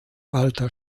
walter